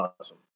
Awesome